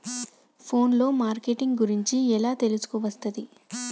Phone లో marketing గురించి ఎలా తెలుసుకోవస్తది?